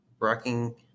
rocking